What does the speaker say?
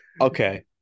okay